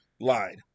lied